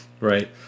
right